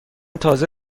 تازه